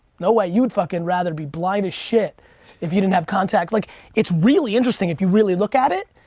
now way, you would fuckin' rather be blind as shit if you didn't have contacts. like it's really interesting if you really look at it.